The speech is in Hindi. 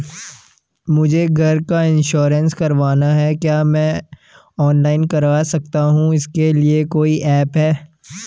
मुझे घर का इन्श्योरेंस करवाना है क्या मैं ऑनलाइन कर सकता हूँ इसके लिए कोई ऐप है?